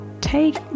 take